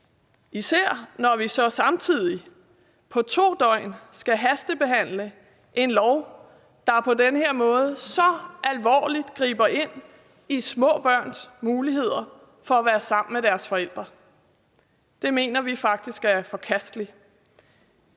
især når vi så samtidig på 2 døgn skal hastebehandle et lovforslag, der på den her måde så alvorligt griber ind i små børns muligheder for at være sammen med deres forældre. Det mener vi faktisk er forkasteligt.